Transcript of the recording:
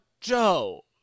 Joe